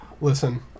Listen